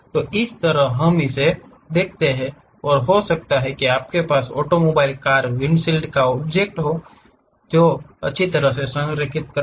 इसी तरह हम इसे देखते हैं तो हो सकता है कि आपके पास ऑटोमोबाइल कार विंडशील्ड को ऑब्जेक्ट के साथ अच्छी तरह से संरेखित करना होगा